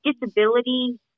Disability